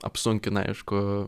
apsunkina aišku